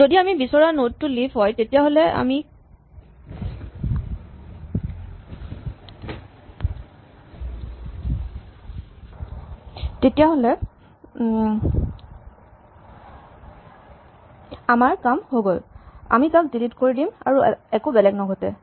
যদি আমি বিচৰা নড টো লিফ হয় তেতিয়াহ'লে আমাৰ কাম হৈ গ'ল আমি তাক ডিলিট কৰি দিম আৰু বেলেগ একো নঘটে